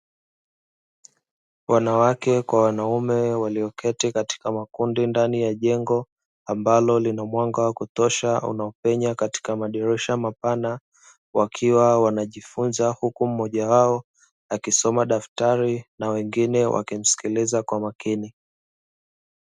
Wanawake kwa wanaume walioketi katika makundi ndani ya jengo ambalo lina mwanga wa kutosha unaopenya katika madirisha mapana wakiwa wanajifunza huku mmoja wao akisoma daftari na wengine wakimsikiliza kwa makini.